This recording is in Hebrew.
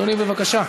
אדוני, בבקשה.